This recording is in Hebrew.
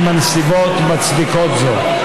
אם הנסיבות מצדיקות זאת.